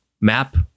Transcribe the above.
map